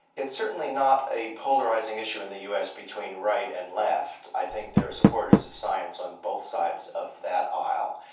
it's certainly not a polarising issue in the us between right and left. i think there are supporters of science on both sides of that aisle.